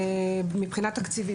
מבחינה תקציבית,